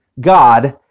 God